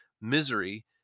misery